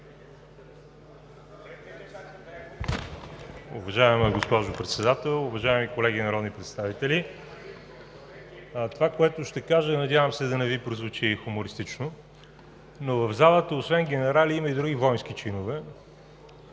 Уважаема госпожо Председател, уважаеми колеги народни представители! Това, което ще кажа, надявам се да не Ви прозвучи хумористично, но в залата освен генерали има и други войнски чинове.